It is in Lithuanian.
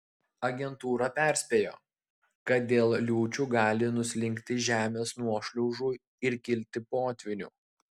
agentūra perspėjo kad dėl liūčių gali nuslinkti žemės nuošliaužų ir kilti potvynių